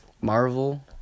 Marvel